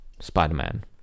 Spider-Man